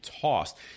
tossed